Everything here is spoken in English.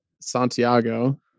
Santiago